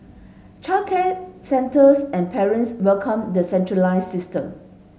childcare centres and parents welcomed the centralised system